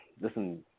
Listen